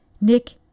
Nick